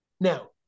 Now